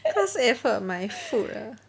class effort my foot ah